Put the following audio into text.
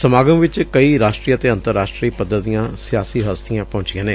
ਸਮਾਰੋਹ ਚ ਕਈ ਰਾਸਟਰੀ ਤੇ ੱ ਅੰਤਰ ਰਾਸਟਰੀ ਪੱਧਰ ਦੀਆਂ ਸਿਆਸੀ ਹਸਤੀਆਂ ਪਹੁੰਚੀਆਂ ਨੇ